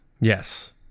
Yes